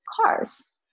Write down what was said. cars